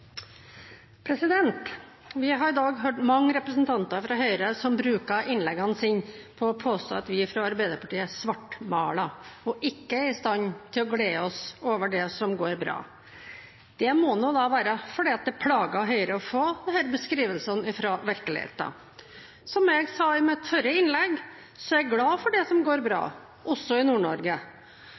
Vi har i dag hørt mange representanter fra Høyre som bruker innleggene sine til å påstå at vi fra Arbeiderpartiet svartmaler og ikke er i stand til å glede oss over det som går bra. Det må da være fordi det plager Høyre å få disse beskrivelsene fra virkeligheten. Som jeg sa i mitt forrige innlegg, er jeg glad for det som går bra, også i